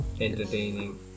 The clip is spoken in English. entertaining